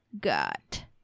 got